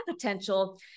potential